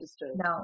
No